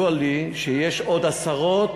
ידוע לי שיש עוד עשרות.